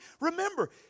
Remember